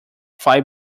fly